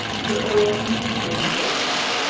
her orisons have been prolonged.